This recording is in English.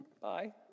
bye